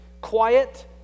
quiet